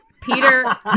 Peter